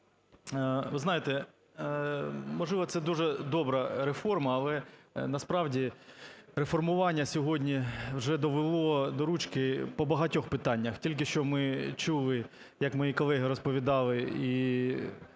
Ви знаєте, можливо, це дуже добра реформа, але, насправді, реформування сьогодні вже довело до ручки по багатьох питаннях. Тільки що ми чули, як мої колеги розповідали і в